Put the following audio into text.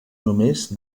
només